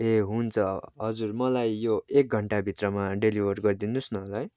ए हुन्छ हजुर मलाई यो एक घन्टा भित्रामा डेलिभर गरिदिनुहोस् न है